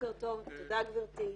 בוקר טוב תודה גבירתי.